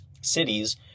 cities